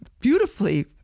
beautifully